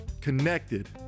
connected